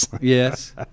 Yes